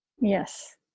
Yes